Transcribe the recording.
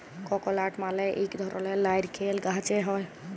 ককলাট মালে ইক ধরলের লাইরকেল গাহাচে হ্যয়